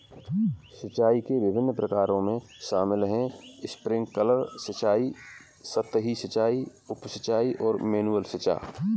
सिंचाई के विभिन्न प्रकारों में शामिल है स्प्रिंकलर सिंचाई, सतही सिंचाई, उप सिंचाई और मैनुअल सिंचाई